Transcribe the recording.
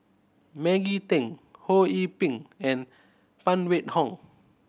Maggie Teng Ho Yee Ping and Phan Wait Hong